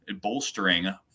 bolstering